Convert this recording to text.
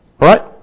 Right